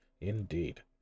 Indeed